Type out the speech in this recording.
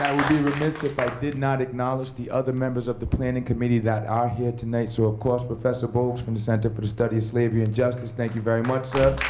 will be remiss if i did not acknowledge the other members of the planning committee that are here tonight. so of course, professor bogues, from the center for the study of slavery and justice, thank you very much,